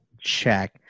check